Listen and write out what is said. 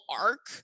arc